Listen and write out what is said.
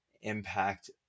impact